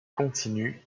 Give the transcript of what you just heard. continues